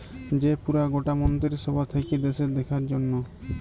যে পুরা গটা মন্ত্রী সভা থাক্যে দ্যাশের দেখার জনহ